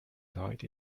died